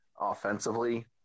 offensively